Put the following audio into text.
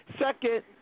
Second